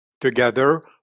Together